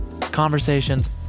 Conversations